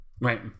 Right